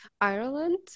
Ireland